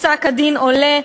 מפסק-הדין עולה,